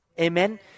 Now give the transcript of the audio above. Amen